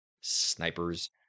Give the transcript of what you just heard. snipers